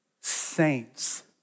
Saints